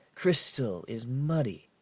crystal is muddy.